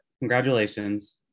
Congratulations